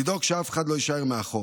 לדאוג שאף אחד לא יישאר מאחור.